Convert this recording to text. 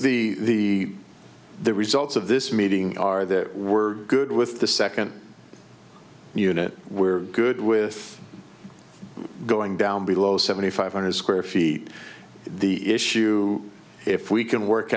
think the the results of this meeting are that we're good with the second unit we're good with going down below seventy five hundred square feet the issue if we can work